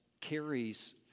carries